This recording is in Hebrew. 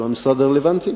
שהוא המשרד הרלוונטי,